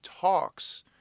talks